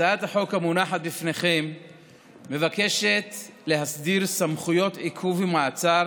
הצעת החוק המונחת בפניכם מבקשת להסדיר סמכויות עיכוב ומעצר